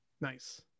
nice